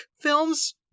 films